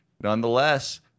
nonetheless